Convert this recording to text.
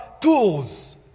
tools